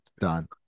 Done